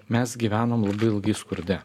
mes gyvenom labai ilgai skurde